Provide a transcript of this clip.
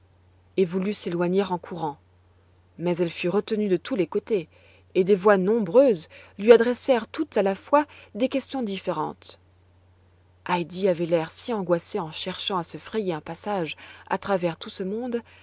et voulut s'éloigner en courant mais elle fut retenue de tous les côtés et des voix nombreuses lui adressèrent toutes à la fois des questions différentes heidi avait l'air si angoissé en cherchant à se frayer un passage à travers tout ce monde